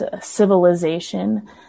civilization